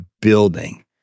building